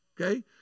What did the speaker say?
Okay